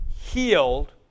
healed